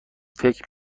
فکر